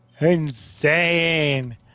Insane